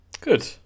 Good